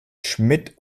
schmidt